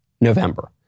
November